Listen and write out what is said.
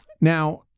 now